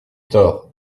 tort